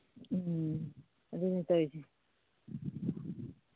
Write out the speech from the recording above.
ꯎꯝ ꯑꯗꯨꯅꯤ ꯇꯧꯋꯤꯁꯦ